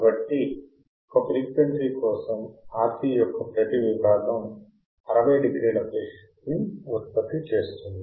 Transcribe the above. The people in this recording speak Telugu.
కాబట్టి ఒక ఫ్రీక్వెన్సీ కోసం RC యొక్క ప్రతి విభాగం 60 డిగ్రీల ఫేజ్ షిఫ్ట్ ని ఉత్పత్తి చేస్తుంది